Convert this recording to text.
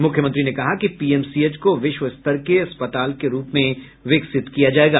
मुख्यमंत्री ने कहा कि पीएमसीएच को विश्व स्तर के अस्पताल के रूप में विकसित किया जायेगा